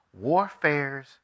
warfares